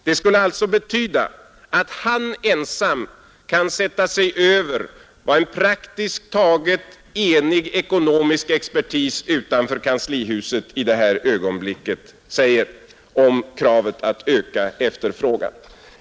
Det skulle alltså betyda att han ensam kan sätta sig över vad en praktiskt taget enig ekonomisk expertis utanför kanslihuset i detta ögonblick säger om kravet att öka efterfrågan.